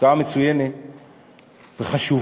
השקעה מצוינת וחשובה.